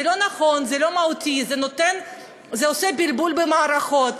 זה לא נכון, במהות, זה עושה בלבול במערכות.